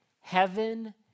Heaven